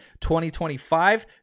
2025